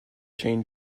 chain